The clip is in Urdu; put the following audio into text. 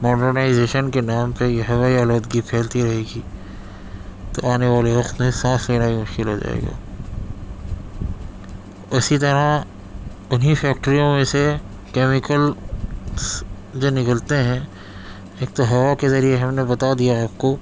ماڈرنائزیشن کے نام پہ یہ ہوائی آلودگی پھیلتی رہے گی تو آنے والے وقت میں سانس لینا بھی مشکل ہوجائے گا اسی طرح انہیں فیکٹریوں میں سے کیمیکلس جو نکلتے ہیں ایک تو ہوا کے ذریعے ہم نے بتا دیا ہے آپ کو